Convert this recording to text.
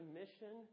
mission